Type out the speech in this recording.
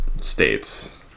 states